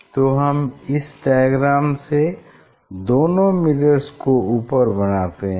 तो हम इस डायग्राम में दोनों मिरर्स को ऊपर बनाते हैं